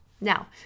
Now